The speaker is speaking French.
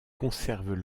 conservent